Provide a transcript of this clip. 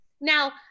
Now